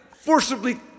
forcibly